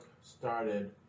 started